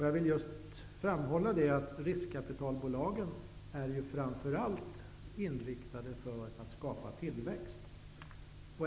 Jag vill framhålla att riskkapitalbolagen främst är inriktade på att skapa tillväxt.